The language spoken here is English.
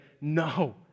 no